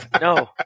No